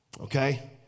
okay